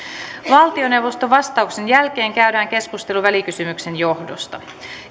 valtioneuvoston vastauksen jälkeen käydään keskustelu välikysymyksen johdosta